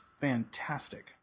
fantastic